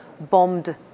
bombed